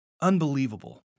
unbelievable